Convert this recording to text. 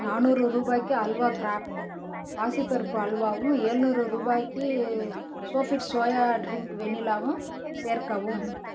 நானூறு ரூபாய்க்கு ஹல்வா கிராஃப்ட் பாசிப்பருப்பு அல்வாவும் ஏழுநூறு ரூபாய்க்கு சோஃபிட் சோயா டிரின்க் வெனிலாவும் சேர்க்கவும்